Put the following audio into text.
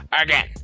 again